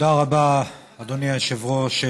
תודה רבה, אדוני היושב-ראש.